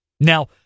Now